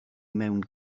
mewn